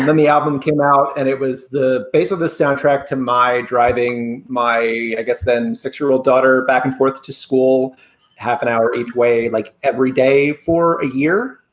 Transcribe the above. the album came out and it was the base of the soundtrack to my driving my i guess. then six year old daughter back and forth to school half an hour each way, like every day for a year.